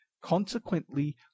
Consequently